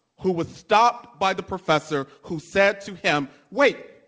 who was stopped by the professor, who said to him, wait,